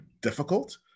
difficult